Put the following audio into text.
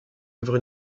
œuvres